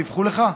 דיווחו לך?